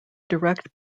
direct